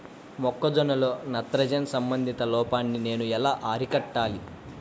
మొక్క జొన్నలో నత్రజని సంబంధిత లోపాన్ని నేను ఎలా అరికట్టాలి?